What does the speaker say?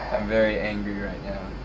i'm very angry right now,